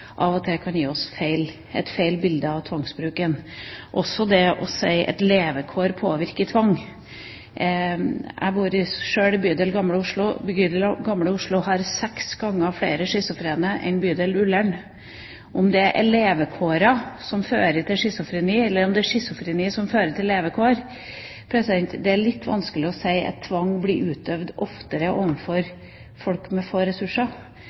av og til kan gi oss et galt bilde av tvangsbruken, også det å si at levekår påvirker bruken av tvang. Jeg bor sjøl i Bydel Gamle Oslo. Bydel Gamle Oslo har seks ganger flere schizofrene enn Bydel Ullern. Om det er levekårene som fører til schizofreni, eller om det er schizofreni som fører til levekårene, er litt vanskelig å si. Det er litt vanskelig å si at tvang blir utøvd oftere overfor folk med få ressurser.